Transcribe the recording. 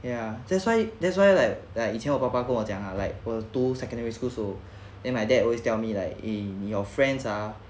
ya that's why that's why like like 以前我爸爸跟我讲 ah like 我 go secondary school 的时候 then my dad always tell me like eh your friends ah